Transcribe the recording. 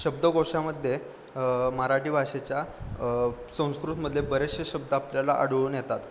शब्दकोशामध्ये मराठी भाषेच्या संस्कृतमधले बरेचसे शब्द आपल्याला आढळून येतात